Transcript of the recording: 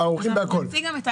ערוכים בכול.